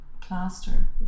plaster